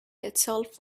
itself